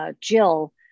Jill